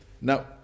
Now